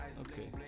okay